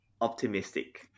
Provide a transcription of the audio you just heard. optimistic